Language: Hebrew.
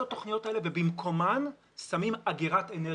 התוכניות האלה ובמקומן שמים אגירת אנרגיה.